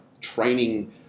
training